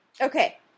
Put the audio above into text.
Okay